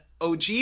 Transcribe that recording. OG